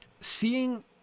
Seeing